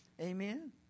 Amen